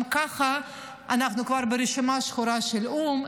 גם כך אנחנו כבר ברשימה השחורה של האו"ם.